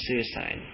suicide